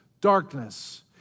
darkness